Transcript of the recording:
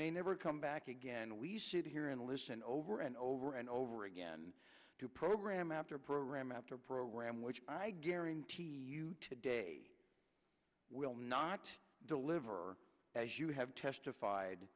may never come back again we sit here and listen over and over and over again to program after program after program which i guarantee you today will not deliver as you have testified